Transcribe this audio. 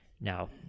Now